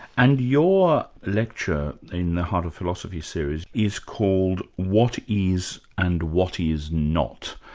and your lecture in the heart of philosophy series, is called what is and what is not?